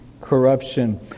corruption